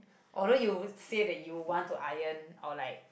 although you say that you want to iron or like